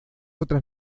otras